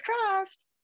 crossed